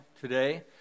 today